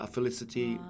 Felicity